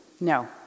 No